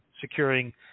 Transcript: securing